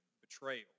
betrayal